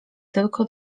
tylko